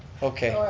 okay,